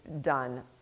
done